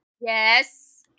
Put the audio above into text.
Yes